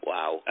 Wow